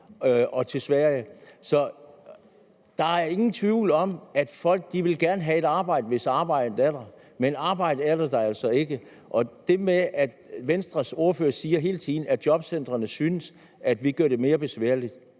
og arbejder. Så der er ingen tvivl om, at folk gerne vil have et arbejde, hvis arbejdet er der, men arbejdet er der altså ikke. Til det med, at Venstres ordfører hele tiden siger, at jobcentrene synes, at vi gør det mere besværligt,